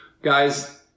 Guys